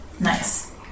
Nice